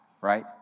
right